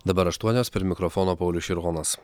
dabar aštuonios prie mikrofono paulius šironas